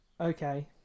okay